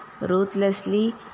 ruthlessly